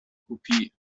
kopie